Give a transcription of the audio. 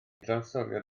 drawstoriad